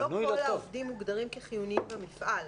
לא כל העובדים מוגדרים כחיוניים במפעל.